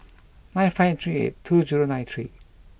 nine five three eight two zero nine three